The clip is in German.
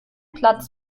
platz